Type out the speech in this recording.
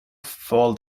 fall